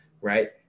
right